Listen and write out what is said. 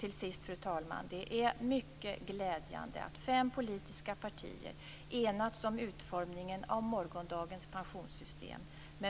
Till sist, fru talman, är det mycket glädjande att fem politiska partier enats om utformningen av morgondagens pensionssystem.